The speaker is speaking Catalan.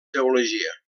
teologia